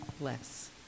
less